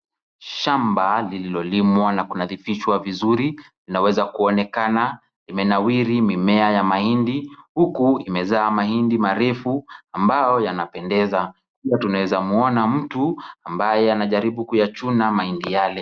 Shamba lililolimwa na kunadhifishwa vizuri, laweza kuonekana limenawiri mimea ya mahindi huku imezaa mahindi marefu ambayo yanapendeza. Pia tunaweza mwona mtu ambaye anajaribu kuyachuna mahindi yale.